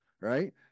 Right